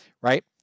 right